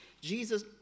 Jesus